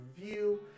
review